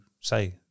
say